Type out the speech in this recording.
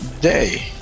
day